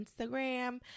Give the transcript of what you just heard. Instagram